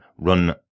run